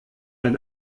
ein